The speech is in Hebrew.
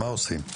מה עושים?